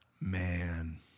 man